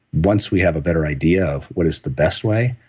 once we have a better idea of what is the best way,